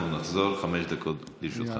אנחנו נחזור, חמש דקות לרשותך.